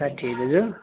साठी है दाजु